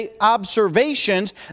observations